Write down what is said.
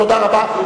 תודה רבה.